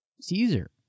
Caesar